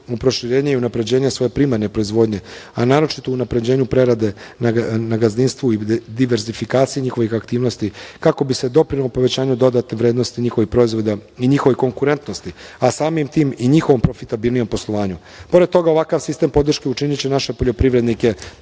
u proširenje i unapređenje svoje primarne proizvodnje, a naročito u unapređenje prerade na gazdinstvu i diverzifikacije njihovih aktivnosti, kako bi se doprinelo povećanju dodatne vrednosti njihovih proizvoda i njihove konkurentnosti, a samim tim i njihovom profitabilnijem poslovanju. Pored toga, ovakav sistem podrške učiniće naše poljoprivrednike